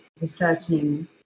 researching